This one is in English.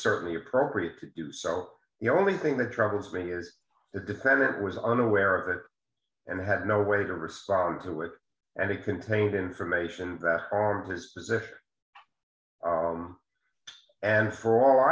certainly appropriate to do so the only thing that troubles me is the defendant was unaware of it and had no way to respond to it and it contained information that vista's if and for all